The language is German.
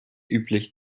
üblich